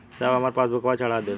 साहब हमार पासबुकवा चढ़ा देब?